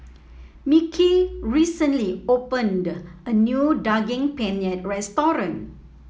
Mickie recently opened a new Daging Penyet Restaurant